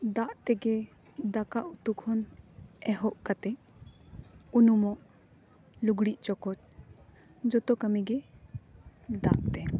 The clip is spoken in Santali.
ᱫᱟᱜ ᱛᱮᱜᱮ ᱫᱟᱠᱟ ᱩᱛᱩ ᱠᱷᱚᱱ ᱮᱦᱚᱵ ᱠᱟᱛᱮ ᱩᱱᱩᱢᱚᱜ ᱞᱩᱜᱽᱲᱤ ᱪᱚᱠᱚᱡ ᱡᱚᱛᱚ ᱠᱟᱹᱢᱤ ᱜᱮ ᱫᱟᱜ ᱛᱮ